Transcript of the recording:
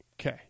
Okay